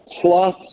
plus